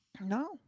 No